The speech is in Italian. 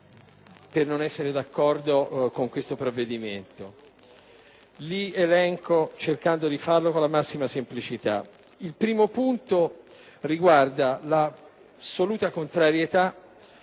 per non essere d'accordo con questo provvedimento. Li elenco, cercando di farlo con la massima semplicità: il primo punto riguarda l'assoluta contrarietà